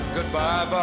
Goodbye